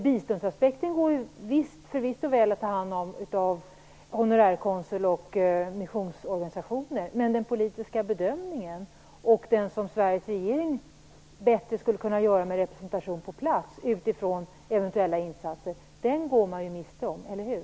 Biståndsaspekten går förvisso väl att ta hand om genom honorärkonsuln och missionsorganisationerna, men den politiska bedömning utifrån eventuella insatser som Sveriges regering skulle kunna göra med en representation på plats går man ju miste om, eller hur?